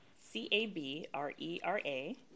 C-A-B-R-E-R-A